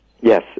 Yes